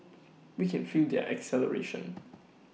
we can feel their exhilaration